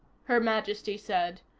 her majesty said.